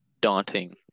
daunting